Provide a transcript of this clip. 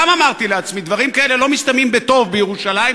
גם אמרתי לעצמי: דברים כאלה לא מסתיימים בטוב בירושלים,